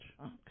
Okay